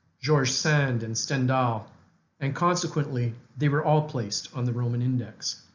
george sand, and sten dow and consequently they were all placed on the roman index.